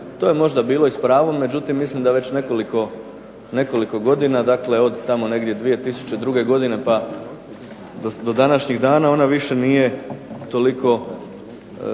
to je možda bilo s pravom ali mislim da već nekoliko godina dakle od tamo 2002. godine pa do današnjeg dana ona više nije toliko